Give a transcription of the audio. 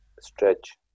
stretch